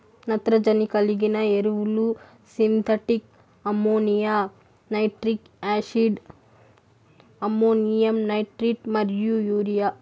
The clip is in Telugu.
నత్రజని కలిగిన ఎరువులు synthetic ammonia, nitric acid, ammonium nitrate మరియు యూరియా